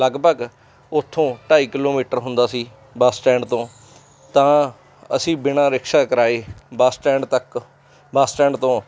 ਲਗਭਗ ਉੱਥੋਂ ਢਾਈ ਕਿਲੋਮੀਟਰ ਹੁੰਦਾ ਸੀ ਬੱਸ ਸਟੈਂਡ ਤੋਂ ਤਾਂ ਅਸੀਂ ਬਿਨਾਂ ਰਿਕਸ਼ਾ ਕਰਾਏ ਬੱਸ ਸਟੈਂਡ ਤੱਕ ਬੱਸ ਸਟੈਂਡ ਤੋਂ